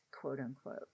quote-unquote